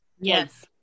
Yes